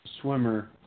swimmer